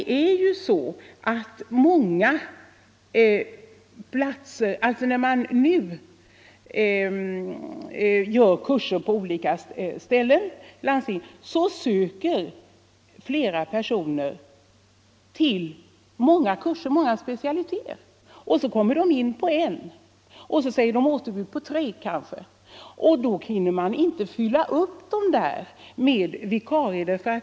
När man nu anordnar kurser på olika ställen, så söker flera personer till många specialiteter samtidigt. De kommer kanske in på alla och måste säga återbud till alla utom en. Då hinner man inte fylla på med nya.